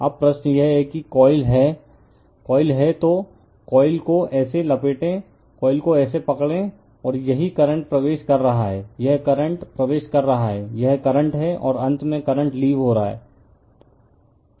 अब प्रश्न यह है कि यह कोइल है कोइल है तो कोइल को ऐसे लपेटें कोइल को ऐसे पकड़ें और यही करंट प्रवेश कर रहा है यह करंट प्रवेश कर रहा है यह करंट है और अंत में करंट लीव हो रहा हैं